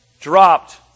dropped